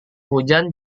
hujan